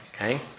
Okay